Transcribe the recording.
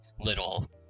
Little